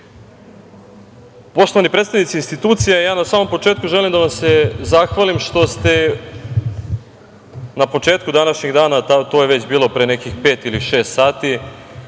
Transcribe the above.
više. Poštovani predstavnici institucija, na samom početku želim da vam se zahvalim što ste na početku današnjeg dana, to je bilo pre pet, šest sati,